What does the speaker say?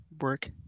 work